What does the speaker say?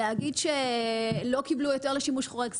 להגיד שלא קיבלו שימוש להיתר חורג סתם,